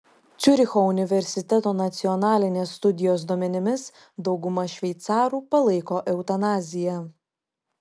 ciuricho universiteto nacionalinės studijos duomenimis dauguma šveicarų palaiko eutanaziją